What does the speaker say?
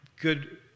good